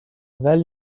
well